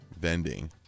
Vending